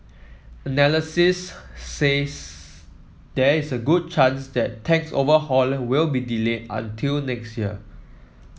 analysis says there is a good chance that tax overhaul will be delayed until next year